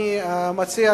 אני מציע,